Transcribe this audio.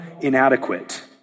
inadequate